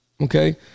Okay